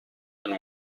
and